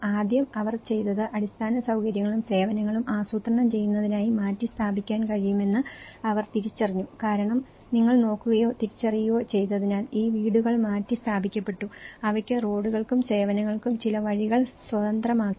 ആദ്യം അവർ ചെയ്തത് അടിസ്ഥാന സൌകര്യങ്ങളും സേവനങ്ങളും ആസൂത്രണം ചെയ്യുന്നതിനായി മാറ്റി സ്ഥാപിക്കാൻ കഴിയുമെന്ന് അവർ തിരിച്ചറിഞ്ഞു കാരണം നിങ്ങൾ നോക്കുകയോ തിരിച്ചറിയുകയോ ചെയ്തതിനാൽ ഈ വീടുകൾ മാറ്റി സ്ഥാപിക്കപ്പെട്ടു അവയ്ക്ക് റോഡുകൾക്കും സേവനങ്ങൾക്കും ചില വഴികൾ സ്വതന്ത്രമാക്കി